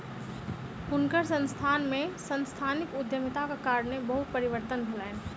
हुनकर संस्थान में सांस्थानिक उद्यमिताक कारणेँ बहुत परिवर्तन भेलैन